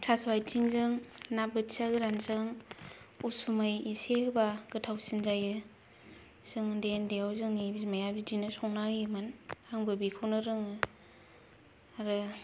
थास' आइथिंजों ना बोथिया गोरानजों उसुमै एसे होबा गोथावसिन जायो जों उन्दै उन्दैआव जोंनि बिमाया बिदिनो संना होयोमोन आंबो बेखौनो रोङो आरो